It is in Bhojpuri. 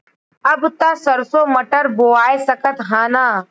अब त सरसो मटर बोआय सकत ह न?